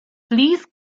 please